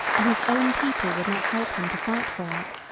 and his own people would not help him to fight for it.